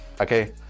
okay